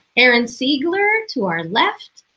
aaron siegler to our left.